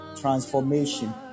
transformation